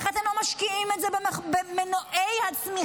איך אתם לא משקיעים את זה במנועי הצמיחה